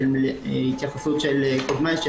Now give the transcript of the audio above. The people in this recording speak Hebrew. קודמיי,